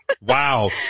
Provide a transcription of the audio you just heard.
Wow